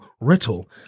Riddle